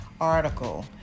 article